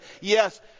yes